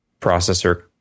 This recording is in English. processor